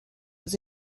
was